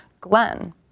Glenn